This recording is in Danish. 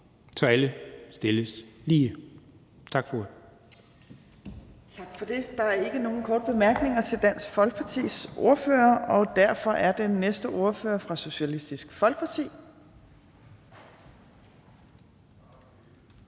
(Trine Torp): Tak for det. Der er ikke nogen korte bemærkninger til Dansk Folkepartis ordfører, og derfor er den næste ordfører fra Socialistisk Folkeparti,